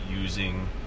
using